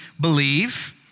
believe